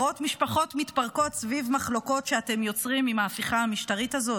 לראות משפחות מתפרקות סביב מחלוקות שאתם יוצרים עם ההפיכה המשטרית הזאת?